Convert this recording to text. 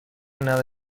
nada